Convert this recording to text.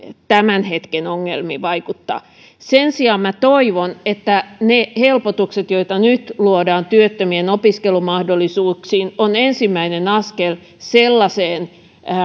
tämän hetken ongelmiin vaikuttamaan sen sijaan toivon että ne helpotukset joita nyt luodaan työttömien opiskelumahdollisuuksiin ovat ensimmäinen askel sellaiseen